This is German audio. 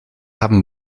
haben